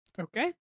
Okay